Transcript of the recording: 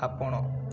ଆପଣ